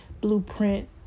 blueprint